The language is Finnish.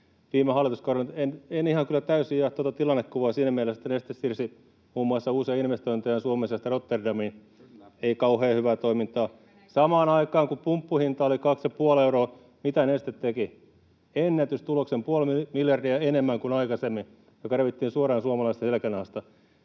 en ihan kyllä täysin jaa tätä tilannekuvaa siinä mielessä, että Neste siirsi muun muassa uusia investointeja Suomen sijasta Rotterdamiin — ei kauhean hyvää toimintaa. Samaan aikaan kun pumppuhinta oli kaksi ja puoli euroa, mitä Neste teki? Ennätystuloksen, puoli miljardia enemmän kuin aikaisemmin, joka revittiin suoraan suomalaisten selkänahasta.